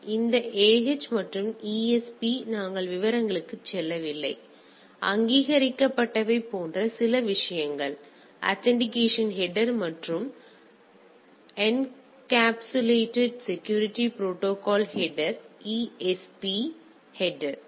எனவே இந்த AH மற்றும் ESP நாங்கள் விவரங்களுக்கு செல்லவில்லை எனவே அங்கீகரிக்கப்பட்டவை போன்ற சில விஷயங்கள் ஆத்தண்டிகேஷன் ஹெட்டர் மற்றும் encapsulate security protocol header ESP header